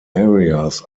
areas